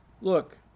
Look